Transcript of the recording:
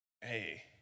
Hey